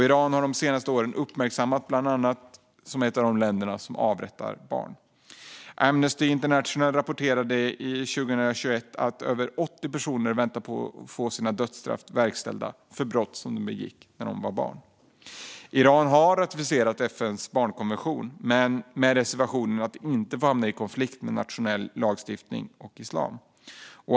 Iran har under de senaste åren uppmärksammats bland annat för att vara ett av de länder som avrättar barn. Amnesty International rapporterade 2021 att över 80 personer väntar på att få sina dödsstraff verkställda för brott de begick när de var barn. Iran har ratificerat FN:s barnkonvention men med reservationen att den inte får hamna i konflikt med nationell lagstiftning och islam.